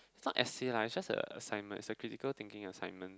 it's not essay lah it's just a assignment it's a critical thinking assignment